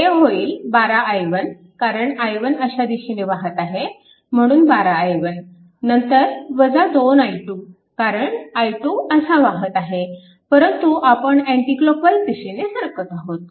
हे होईल 12 i1 कारण i1 अशा दिशेने वाहत आहे म्हणून 12 i1 नंतर 2i2 कारण i2 असा वाहत आहे परंतु आपण अँटी क्लॉकवाईज दिशेने सरकत आहोत